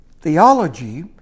Theology